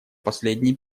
последние